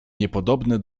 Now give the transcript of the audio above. niepodobne